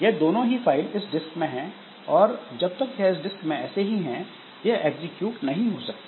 यह दोनों ही फाइल इस डिस्क में हैं और जब तक यह डिस्क में ऐसे ही हैं यह एग्जीक्यूट नहीं हो सकती